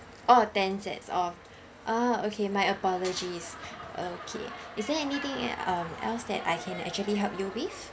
orh ten sets of ah okay my apologies okay is there anything else um that I can actually help you with